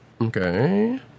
Okay